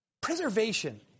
preservation